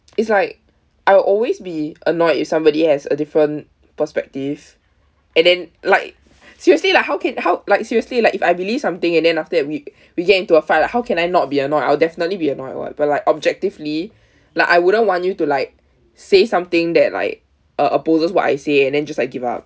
it's like I will always be annoyed if somebody has a different perspective and then like seriously like how can how like seriously like if I believe something and then after that we we get into a fight like how can I not be annoyed I'll definitely be annoyed [what] but like objectively like I wouldn't want you to like say something that like uh opposes what I say and then just like give up